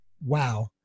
Wow